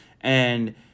And-